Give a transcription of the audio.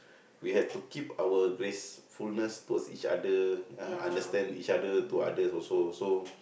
we have to keep our gracefulness towards each other understand each other to others also so